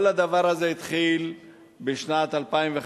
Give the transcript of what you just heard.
כל הדבר הזה התחיל בשנת 2005,